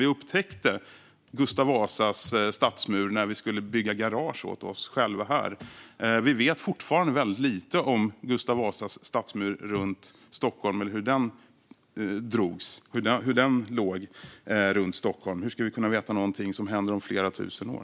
Vi upptäckte Gustav Vasas stadsmur när vi skulle bygga ett garage åt oss här. Vi vet fortfarande väldigt lite om Gustav Vasas stadsmur och hur den drogs och låg runt Stockholm. Hur ska vi kunna veta något om vad som händer om flera tusen år?